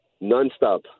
non-stop